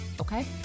Okay